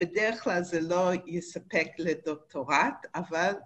‫בדרך כלל זה לא יספק לדוקטורט, ‫אבל...